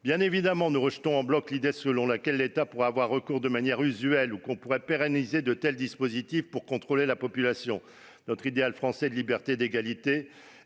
Bien évidemment, nous rejetons en bloc l'idée selon laquelle l'État pourrait avoir recours de manière usuelle à ce dispositif ou pourrait le pérenniser pour contrôler la population. Notre idéal français de liberté et d'égalité